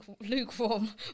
lukewarm